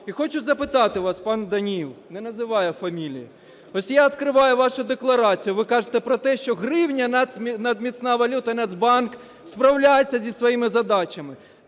І хочу запитати вас, Даниле, не називаючи фамілію. Ось я відкриваю вашу декларацію. Ви кажете про те, що гривня – надміцна валюта і Нацбанк справляється зі своїми задачами.